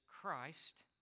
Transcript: Christ